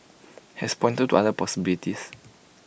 has pointed to other possibilities